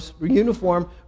uniform